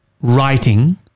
writing